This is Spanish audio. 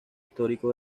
histórico